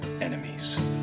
enemies